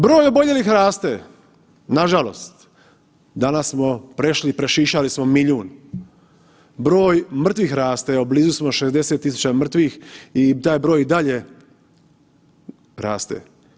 Broj oboljelih raste nažalost, danas smo prešli i prešišali smo milijun, broj mrtvih raste evo blizu smo 60.000 mrtvih i taj broj i dalje raste.